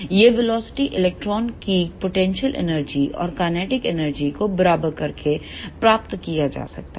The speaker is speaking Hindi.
यह वेलोसिटी इलेक्ट्रॉनों की पोटेंशियल एनर्जी और काइनेटिक एनर्जी को बराबर करके प्राप्त किया जा सकता है